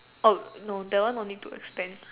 oh no that one don't need to expand